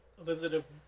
Elizabeth